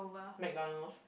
McDonald's